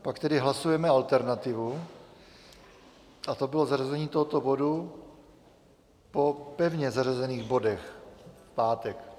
Pak tedy hlasujeme alternativu a to bylo zařazení tohoto bodu po pevně zařazených bodech v pátek.